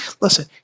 listen